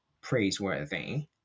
praiseworthy